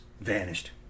vanished